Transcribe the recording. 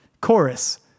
chorus